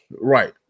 Right